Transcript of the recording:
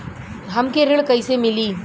हमके ऋण कईसे मिली?